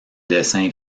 dessin